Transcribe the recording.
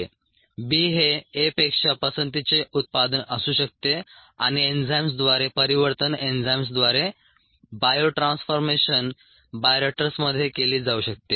B हे A पेक्षा पसंतीचे उत्पादन असू शकते आणि एन्झाईम्स द्वारे परिवर्तन एन्झाईम्स द्वारे बायो ट्रान्सफॉर्मेशन बायोरिएक्टर्समध्ये केले जाऊ शकते